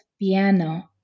piano